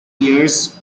years